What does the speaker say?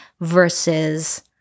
versus